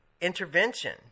intervention